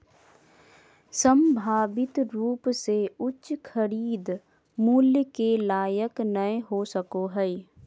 संभावित रूप से उच्च खरीद मूल्य के लायक नय हो सको हइ